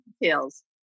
details